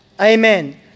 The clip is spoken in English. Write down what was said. Amen